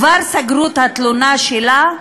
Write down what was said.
כבר סגרו את התלונה שלה,